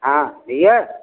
हाँ भैया